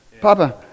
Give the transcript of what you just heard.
Papa